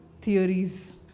theories